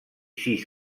sis